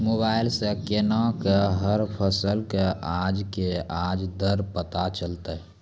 Mobile सऽ केना कऽ हर फसल कऽ आज के आज दर पता चलतै?